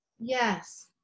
Yes